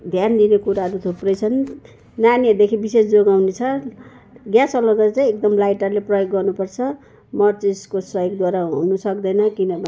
ध्यान दिने कुराहरू थुप्रै छन् नानीहरूदेखि विशेष जोगाउनु छ ग्यास जलाउँदा चाहिँ एकदम लाइटरले प्रयोग गर्नुपर्छ मचिसको सहयोगद्वारा हुनु सक्दैन किनभने